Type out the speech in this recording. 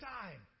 time